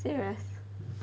serious